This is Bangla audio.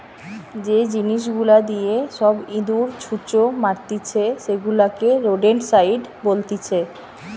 যে জিনিস গুলা দিয়ে সব ইঁদুর, ছুঁচো মারতিছে সেগুলাকে রোডেন্টসাইড বলতিছে